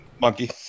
monkey